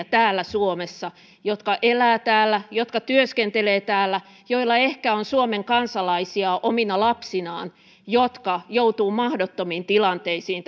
täällä suomessa tuhansia ihmisiä jotka elävät täällä jotka työskentelevät täällä joilla ehkä on suomen kansalaisia omina lapsinaan jotka joutuvat mahdottomiin tilanteisiin